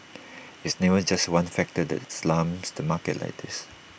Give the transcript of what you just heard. it's never just one factor that slams the market like this